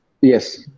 Yes